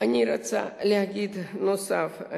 אני רוצה להגיד דבר נוסף,